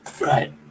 Right